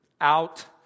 out